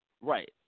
right